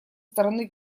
стороны